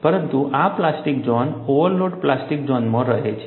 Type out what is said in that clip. પરંતુ આ plastic zone overload plastic ઝોનમાં રહે છે